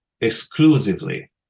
exclusively